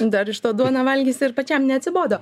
dar iš to duoną valgysi ir pačiam neatsibodo